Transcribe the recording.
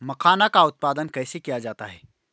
मखाना का उत्पादन कैसे किया जाता है?